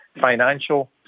Financial